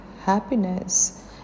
happiness